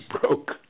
broke